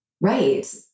Right